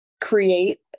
create